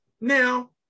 Now